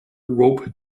rope